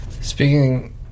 speaking